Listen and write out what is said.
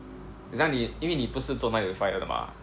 很像你因为你不是做 nine to five 的嘛